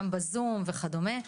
גם בזום וכדומה,